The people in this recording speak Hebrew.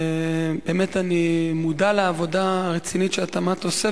באמת אני מודע לעבודה הרצינית שהתמ"ת עושה.